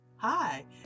Hi